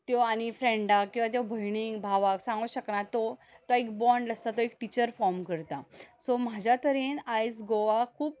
त्यो आनी फ्रेंडा किंवां भयणी भावांक सांगूं शकना तो तो एक बाँड आसता तो टिचर फॉम करता सो म्हाज्या तरेन आयज गोवा खूब